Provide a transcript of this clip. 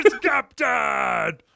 Captain